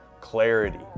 clarity